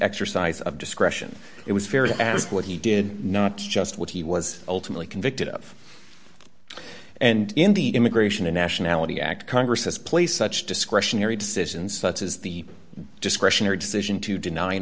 exercise of discretion it was fair to ask what he did not just what he was ultimately convicted of and in the immigration and nationality act congress has placed such discretionary decisions such as the discretionary decision to deny